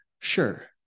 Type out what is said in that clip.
sure